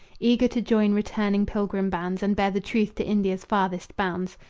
eager to join returning pilgrim-bands and bear the truth to india's farthest bounds.